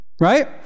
right